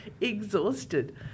exhausted